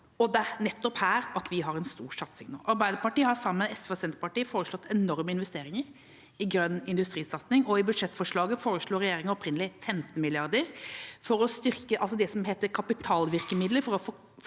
Det er nettopp her vi har en stor satsing nå. Arbeiderpartiet har sammen med SV og Senterpartiet foreslått enorme investeringer i grønn industrisatsing. I budsjettforslaget foreslo regjeringa opprinnelig 15 mrd. kr for å styrke det som heter kapitalvirkemidler, for å få